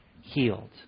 healed